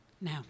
Now